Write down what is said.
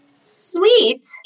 sweet